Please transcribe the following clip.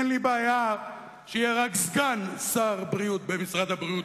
אין לי בעיה שיהיה רק סגן שר בריאות במשרד הבריאות,